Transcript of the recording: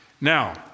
now